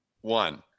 one